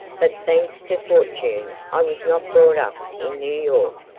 but thanks to fortune i was not brought up in new york,